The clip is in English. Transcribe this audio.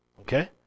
Okay